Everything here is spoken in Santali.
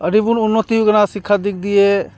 ᱟᱹᱰᱤ ᱵᱚᱱ ᱩᱱᱱᱚᱛᱤᱣ ᱠᱟᱱᱟ ᱥᱤᱠᱠᱷᱟ ᱫᱤᱠ ᱫᱤᱭᱮ